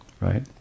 right